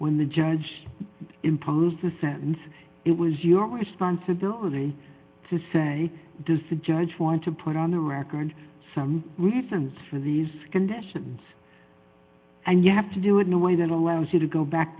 when the judge imposed the sentence it was your responsibility to say does the judge want to put on the record some reasons for these conditions and you have to do it in a way that allows you to go back